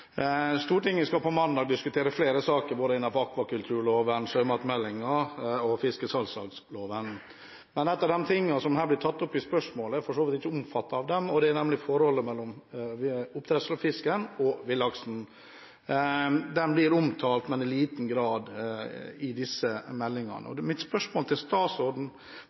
Stortinget skal mandag diskutere flere saker, som bl.a. gjelder akvakulturloven, sjømatmeldingen og fiskesalgslagsloven. Noe av det som blir tatt opp i spørsmålet, er for så vidt ikke omfattet av disse sakene. Det gjelder forholdet mellom oppdrettsfisken og villaksen. Det blir omtalt, men i liten grad i disse meldingene. Spørsmålene mine til statsråden